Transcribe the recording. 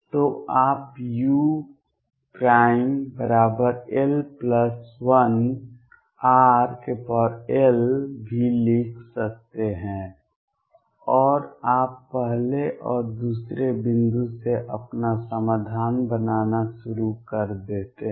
तो आप ul1rl भी लिख सकते हैं और आप पहले और दूसरे बिंदु से अपना समाधान बनाना शुरू कर देते हैं